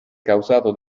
causato